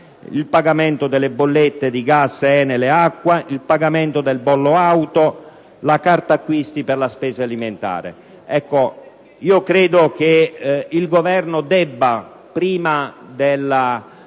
il pagamento delle bollette di gas, elettricità e acqua, il pagamento del bollo auto, la carta acquisti per la spesa alimentare.